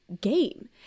game